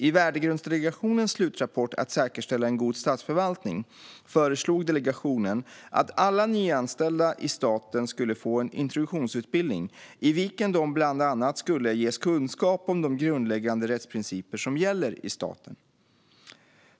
I Värdegrundsdelegationens slutrapport Att säkerställa en god statsförvaltning föreslog delegationen att alla nyanställda i staten skulle få en introduktionsutbildning, i vilken de bland annat skulle ges kunskap om de grundläggande rättsprinciper som gäller i staten.